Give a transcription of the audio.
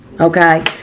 Okay